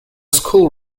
school